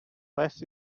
less